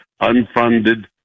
unfunded